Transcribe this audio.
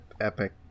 Epic